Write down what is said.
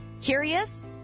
Curious